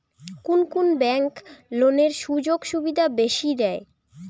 কুন কুন ব্যাংক লোনের সুযোগ সুবিধা বেশি দেয়?